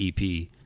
EP